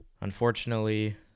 Unfortunately